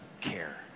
care